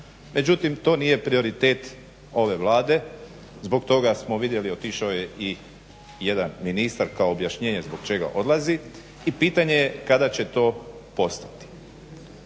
Međutim, to nije prioritet ove Vlade. Zbog toga smo vidjeli otišao je i jedan ministar kao objašnjenje zbog čega odlazi i pitanje je kada će to postati.